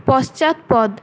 পশ্চাৎপদ